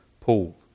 Paul